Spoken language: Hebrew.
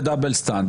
ועל דאבל סטנדרט.